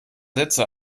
sätze